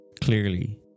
Clearly